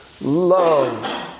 Love